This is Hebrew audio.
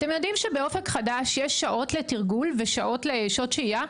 אתם יודעים שבאופק חדש יש שעות לתרגול ושעות שהן שעות שהייה?